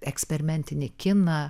eksperimentinį kiną